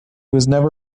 never